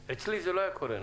אצלי זה לא היה קורה.